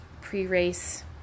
pre-race